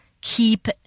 keep